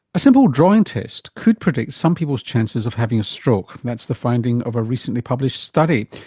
a simple drawing test could predict some people's chances of having a stroke. that's the finding of a recently published study.